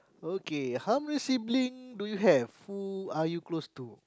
okay how many sibling do you have who are you close to